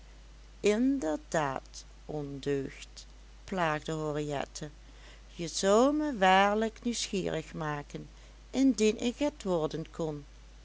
inderdaad ondeugd plaagde henriette je zoudt me waarlijk nieuwsgierig maken indien ik het worden kon